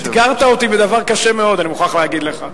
אתגרת אותי בדבר קשה מאוד, אני מוכרח להגיד לך.